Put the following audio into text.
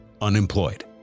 unemployed